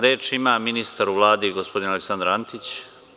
Reč ima ministar u Vladi gospodin Aleksandar Antić.